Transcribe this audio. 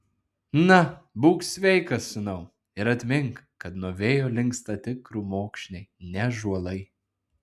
na būk sveikas sūnau ir atmink kad nuo vėjo linksta tik krūmokšniai ne ąžuolai